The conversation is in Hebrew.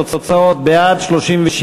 התוצאות: בעד, 37,